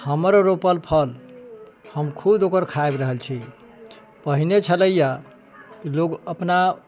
हमर रोपल फल हम खुद ओकर खाबि रहल छी पहिने छलैया कि लोग अपना